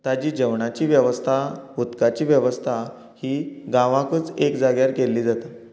ताजी जेवणाची वेवस्था उदकाची वेवस्था ही गांवातूच एक जाग्यार केल्ली जाता